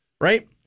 Right